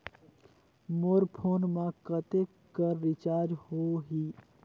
मोर phone मा कतेक कर रिचार्ज हो ही?